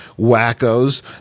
wackos